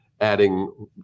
adding